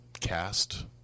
cast